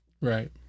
Right